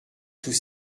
sous